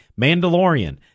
Mandalorian